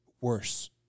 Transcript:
worse